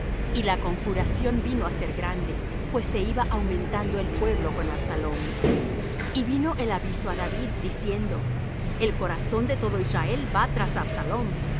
y la conjuración vino á ser grande pues se iba aumentando el pueblo con absalom y vino el aviso á david diciendo el corazón de todo israel va tras absalom